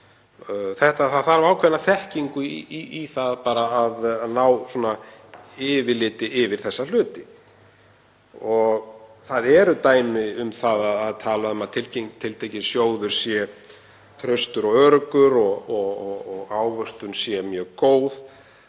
Það þarf ákveðna þekkingu bara að ná yfirliti yfir þessa hluti. Það eru dæmi um að talað sé um að tiltekinn sjóður sé traustur og öruggur og ávöxtun sé mjög góð